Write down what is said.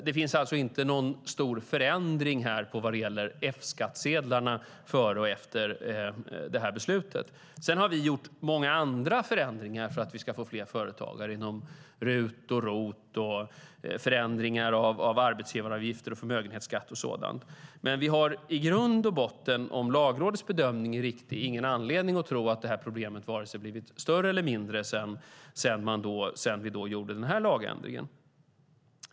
Det finns alltså inte någon stor skillnad vad gäller F-skattsedlarna före och efter det här beslutet. Sedan har vi gjort många andra förändringar för att vi ska få fler företagare inom RUT och ROT, och vi har gjort förändringar av arbetsgivaravgifter, förmögenhetsskatt och sådant. Men vi har i grund och botten, om Lagrådets bedömning är riktig, ingen anledning att tro att det här problemet vare sig blivit större eller mindre sedan vi gjorde den här lagändringen.